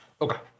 Okay